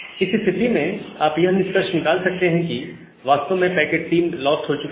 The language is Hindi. इस स्थिति में आप यह निष्कर्ष निकाल सकते हैं कि वास्तव में पैकेट 3 लॉस्ट हो चुका है